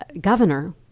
governor